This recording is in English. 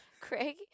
Craig